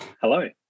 Hello